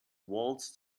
waltzed